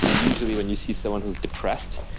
usually, when you see someone who's depressed,